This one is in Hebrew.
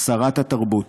שרת התרבות.